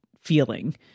feeling